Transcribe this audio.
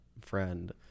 friend